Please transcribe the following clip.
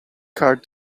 card